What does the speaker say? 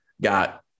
got